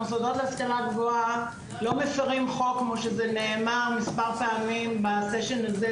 המוסדות להשכלה גבוהה לא מפירים חוק כמו שזה נאמר מספר פעמים בסשן הזה,